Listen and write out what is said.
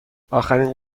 آخرین